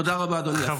תודה רבה, אדוני השר.